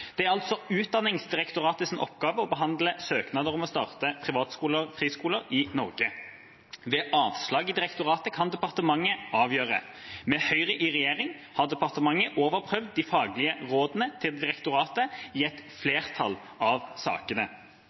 Det er Utdanningsdirektoratets oppgave å behandle søknader om å starte privatskoler og friskoler i Norge. Ved avslag i direktoratet kan departementet avgjøre. Med Høyre i regjering har departementet overprøvd de faglige rådene til direktoratet i et flertall av sakene.